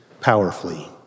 powerfully